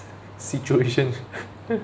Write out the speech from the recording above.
situation